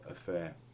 affair